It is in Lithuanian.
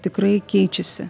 tikrai keičiasi